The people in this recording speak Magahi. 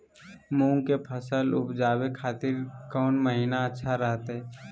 मूंग के फसल उवजावे खातिर कौन महीना अच्छा रहतय?